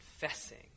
confessing